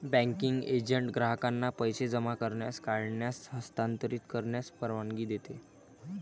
banking agent ग्राहकांना पैसे जमा करण्यास, काढण्यास, हस्तांतरित करण्यास परवानगी देतो